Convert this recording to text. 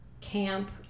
camp